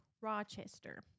Rochester